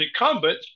incumbent